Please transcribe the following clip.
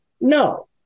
No